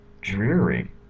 dreary